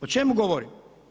O čemu govorim?